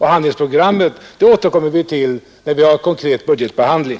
Handlingsprogrammet återkommer vi till, när vi har en konkret budgetbehandling.